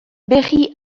berri